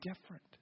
different